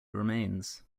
remains